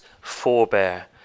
forebear